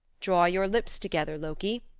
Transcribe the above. draw your lips together, loki,